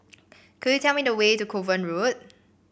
could you tell me the way to Kovan Road